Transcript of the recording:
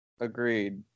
Agreed